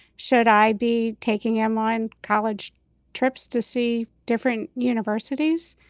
should i be taking hamline college trips to see different universities?